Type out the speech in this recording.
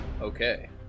Okay